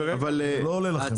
זה לא עולה לכם.